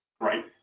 right